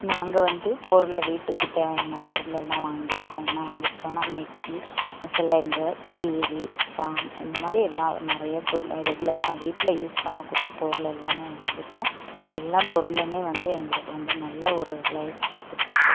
நாங்கள் வந்து பொருள் வீட்டுக்கு தேவையான பொருளெல்லாம் வாங்கிருக்கோம் என்ன வாங்கிருக்கோன்னா மிக்சி சிலிண்ட்ரு டிவி ஃபேன் இந்தமாதிரி எல்லா நிறைய பொருள் ரெகுலரா வீட்டில் யூஸ் பண்ணக்கூடிய பொருள் எல்லாமே வாங்கிருக்கோம் எல்லா பொருளுமே வந்து எங்களுக்கு வந்து நல்ல ஒரு லைஃப் கொடுத்துட்ருக்கு